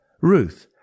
Ruth